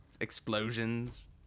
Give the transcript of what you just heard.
explosions